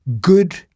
good